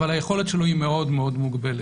אבל היכולת שלו היא מאוד מאוד מוגבלת.